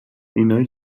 اینایی